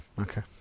Okay